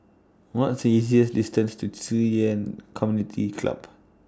What's easiest distance to Ci Yuan Community Club